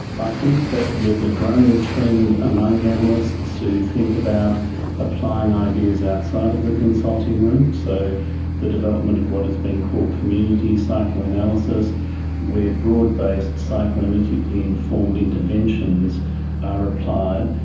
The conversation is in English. i think that there is a growing trend among analysts who think about applying ideas outside of the consulting room, so the development of what has been called community psychoanalysis where broad based psychoanalytically informed interventions are applied.